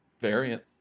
variant